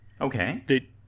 okay